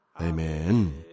Amen